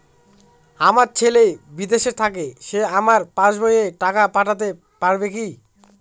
আমার ছেলে বিদেশে থাকে সে আমার পাসবই এ টাকা পাঠাতে পারবে কি?